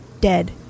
Dead